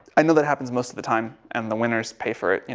i know that happens most of the time, and the winners pay for it, you